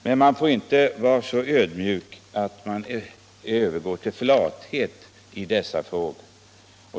Man får emellertid inte vara så ödmjuk att man övergår till flathet i dessa frågor.